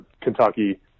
Kentucky